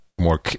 More